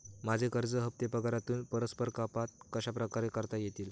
माझे कर्ज हफ्ते पगारातून परस्पर कपात कशाप्रकारे करता येतील?